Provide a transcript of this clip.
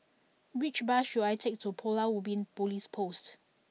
which bus should I take to Pulau Ubin Police Post